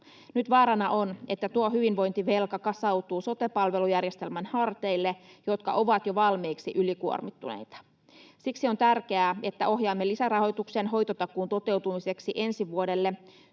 Nyt vaarana on, että tuo hyvinvointivelka kasautuu sote-palvelujärjestelmän harteille, jotka ovat jo valmiiksi ylikuormittuneita. Siksi on tärkeää, että ohjaamme lisärahoitukseen hoitotakuun toteutumiseksi ensi vuodelle